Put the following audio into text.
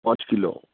पांँच किलो